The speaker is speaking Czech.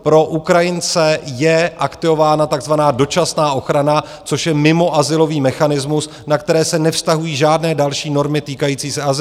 Pro Ukrajince je aktivována takzvaná dočasná ochrana, což je mimoazylový mechanismus, na který se nevztahují žádné další normy týkající se azylu.